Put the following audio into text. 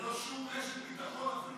ללא שום רשת ביטחון?